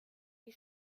die